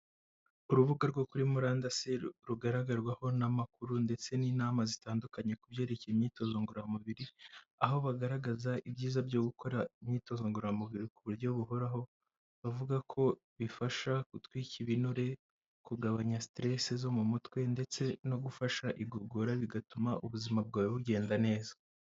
Urubuga rwo kuri murandasi rugaragarwaho n'amakuru ndetse n'inama zitandukanye ku byerekeye imyitozo ngororamubiri, aho bagaragaza ibyiza byo gukora imyitozo ngororamubiri ku buryo buhoraho bavuga ko bifasha gutwika ibinure, kugabanya stress zo mu mutwe ndetse no gufasha igogora bigatuma ubuzima bwawe bugenda neza.